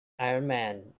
Ironman